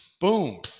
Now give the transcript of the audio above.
Boom